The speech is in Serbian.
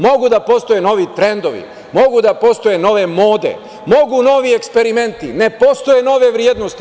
Mogu da postoje novi trendovi, mogu da postoje nove mode, mogu novije eksperimenti, ali ne postoje nove vrednosti.